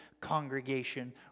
congregation